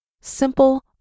Simple